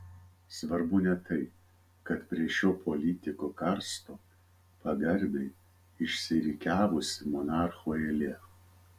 svarbu ne tai kad prie šio politiko karsto pagarbiai išsirikiavusi monarchų eilė